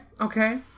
okay